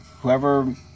whoever